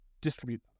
distribute